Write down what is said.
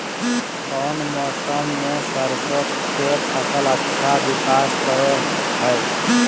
कौन मौसम मैं सरसों के फसल अच्छा विकास करो हय?